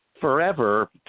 forever